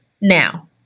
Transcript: Now